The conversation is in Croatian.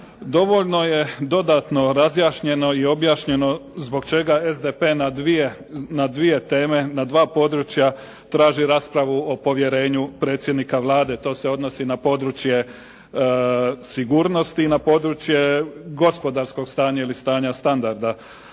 dodatno je razjašnjeno i objašnjeno zbog čega SDP na dvije teme, na dva područja traži raspravu o povjerenju predsjednika Vlade, to se odnosi na područje sigurnosti i na područje gospodarskog stanja ili stanja standarda